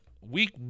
week